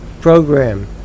program